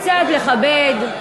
קצת לכבד.